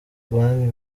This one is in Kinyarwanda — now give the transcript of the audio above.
banki